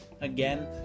Again